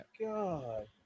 god